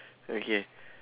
okay